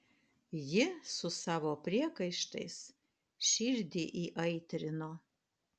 ji su savo priekaištais širdį įaitrino